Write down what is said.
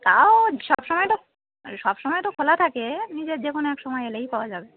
তাও সব সময় তো সব সময় তো খোলা থাকে নিজের যে কোনো এক সময় এলেই পাওয়া যাবে